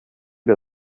der